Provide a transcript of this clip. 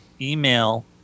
email